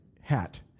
hat